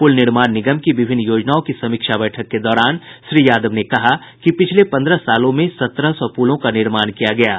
pool निर्माण निगम की विभिन्न योजनाओं की समीक्षा बैठक के दौरान श्री यादव ने कहा कि पिछले पंद्रह सालों में सत्रह सौ पुलों का निर्माण किया गया है